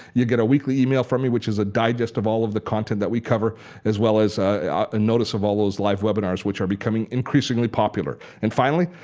you get a weekly email from me which is a digest of all the content that we cover as well as a notice of all those live webinars, which are becoming increasingly popular. and finally,